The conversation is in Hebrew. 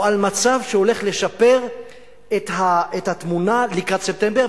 או על מצב שהולך לשפר את התמונה לקראת ספטמבר.